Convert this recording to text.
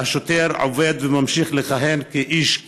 והשוטר עובד וממשיך לכהן כאיש שאמור,